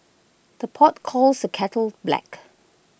the pot calls the kettle black